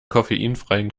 koffeinfreien